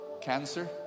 Cancer